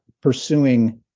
pursuing